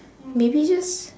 maybe just